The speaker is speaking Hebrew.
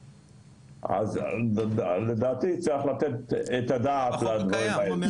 אז לדעתי צריך לתת את הדעת לדברים האלה.